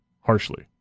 harshly